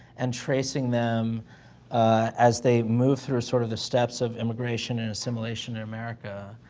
and tracing them as they move through, sort of, the steps of immigration and assimilation in america,